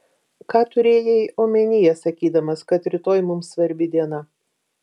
ką turėjai omenyje sakydamas kad rytoj mums svarbi diena